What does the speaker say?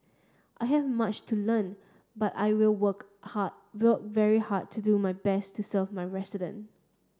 I have much to learn but I will work hard well very hard to do my best to serve my resident